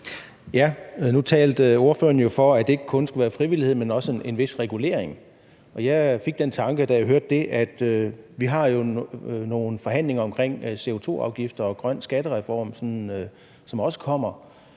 Nu talte ordføreren jo for, at der ikke kun skulle være frivillighed, men også en vis regulering, og jeg fik en tanke, da jeg hørte det. Vi har jo nogle forhandlinger omkring CO2-afgifter og en grøn skattereform, som også kommer,